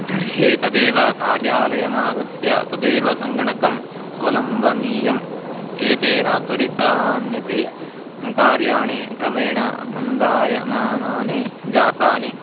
तर्हि तदेव कार्यालयमागत्य तदेव सङ्गणकम् अवलम्बनीयम् एतेन त्वरितान्यपि कार्याणि क्रमेण मन्दायमानानि जातानि